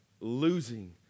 losing